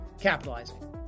capitalizing